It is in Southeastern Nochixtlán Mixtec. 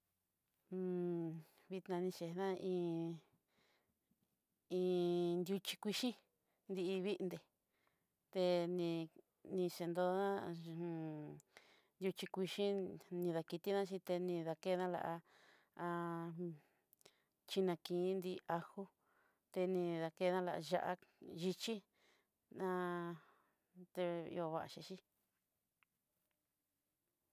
vitadiche dá iin, iin nruchi kuxhí iin vinté, te ni nichedo'a nruchi kuxhi nidakiti niché ta ni dakena inakinti ajo ta nidakena la ya'a, yichí ná teoyoxixi.